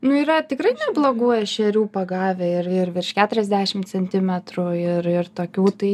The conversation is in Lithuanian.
nu yra tikrai neblogų ešerių pagavę ir ir virš keturiasdešim centimetrų ir ir tokių tai